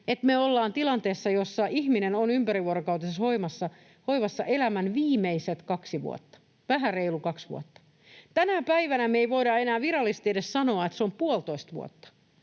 että me ollaan tilanteessa, jossa ihminen on ympärivuorokautisessa hoivassa elämän viimeiset kaksi vuotta, vähän reilu kaksi vuotta. Tänä päivänä me ei voida enää virallisesti edes sanoa, että se on puolitoista vuotta,